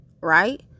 Right